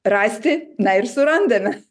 rasti na ir surandame